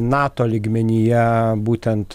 nato lygmenyje būtent